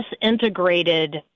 disintegrated